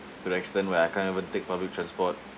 to the extent where I can't even take public transport